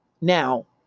Now